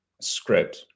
script